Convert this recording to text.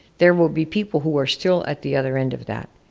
there will be people who are still at the other end of that,